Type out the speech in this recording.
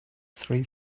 three